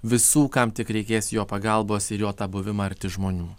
visų kam tik reikės jo pagalbos ir jo tą buvimą arti žmonių